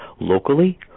locally